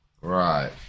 Right